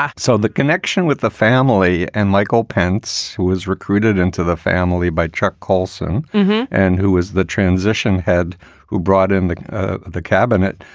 yeah so the connection with the family and michael pence, who was recruited into the family by chuck colson and who is the transition head who brought in the the cabinet,